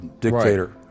dictator